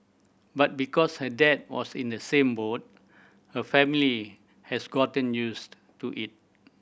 but because her dad was in the same boat her family has gotten used to it